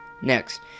Next